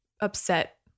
upset